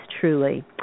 truly